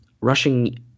Rushing